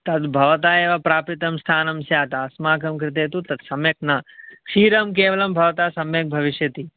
तद् भवता एव प्रापितं स्थानं स्यात् अस्माकं कृते तु तत् सम्यक् न क्षीरं केवलं भवतः सम्यक् भविष्यति